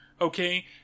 okay